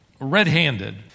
red-handed